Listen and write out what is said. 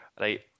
Right